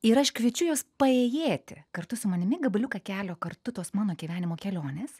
ir aš kviečiu juos paėjėti kartu su manimi gabaliuką kelio kartu tos mano gyvenimo kelionės